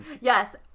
Yes